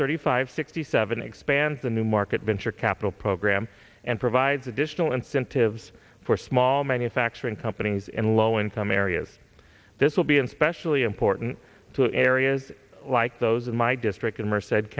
thirty five sixty seven expands the new market venture capital program and provides additional incentives for small manufacturing companies in low income areas this will be in specially important two areas like those in my district in merced said